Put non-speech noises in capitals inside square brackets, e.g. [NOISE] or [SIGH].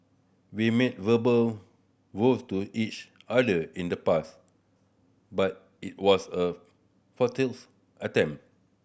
we made verbal vows to each other in the past but it was a futile [UNINTELLIGIBLE] attempt